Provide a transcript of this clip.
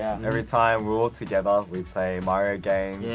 every time we're all together, we play mario games. yeah.